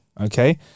Okay